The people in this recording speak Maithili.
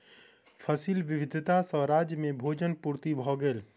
फसिल विविधता सॅ राज्य में भोजन पूर्ति भ गेल